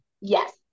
Yes